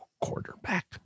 quarterback